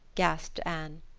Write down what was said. gasped anne.